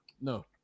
No